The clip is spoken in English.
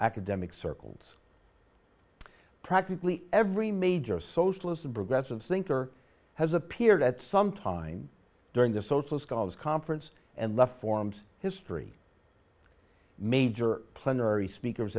academic circles practically every major socialist progressive thinker has appeared at some time during the social scholars conference and left forums history major